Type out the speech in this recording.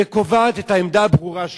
וקובעת את העמדה הברורה שלה,